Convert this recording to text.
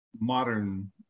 modern